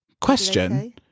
Question